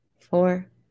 four